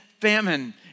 famine